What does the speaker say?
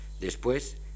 después